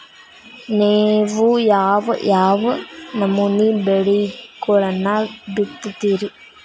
ನೇವು ಯಾವ್ ಯಾವ್ ನಮೂನಿ ಬೆಳಿಗೊಳನ್ನ ಬಿತ್ತತಿರಿ?